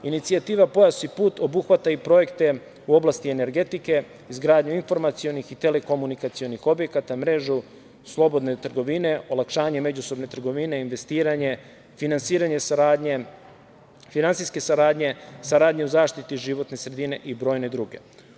Inicijativa „Pojas i put“ obuhvata i projekte u oblati energetike, izgradnju informacionih i telekomunikacionih objekata, mrežu slobodne trgovine, olakšanje međusobne trgovine, investiranje, finansijske saradnje, finansijske saradnje, saradnje u zaštiti životne sredine i brojne druge.